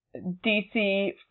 DC